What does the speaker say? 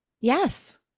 yes